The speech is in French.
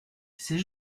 c’est